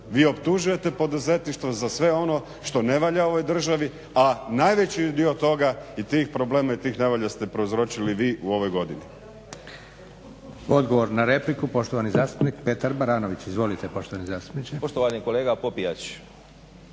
vi optužujete poduzetništvo za sve ono što ne valja u ovoj državi, a najveći dio toga i tih problema i tih davanja ste prouzročili vi u ovoj godini. **Leko, Josip (SDP)** Odgovor na repliku, poštovani zastupnik Petar Baranović. Izvolite poštovani zastupniče.